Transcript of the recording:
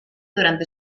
durante